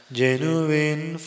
genuine